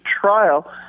trial